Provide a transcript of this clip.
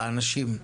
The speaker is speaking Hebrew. באנשים.